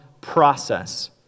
process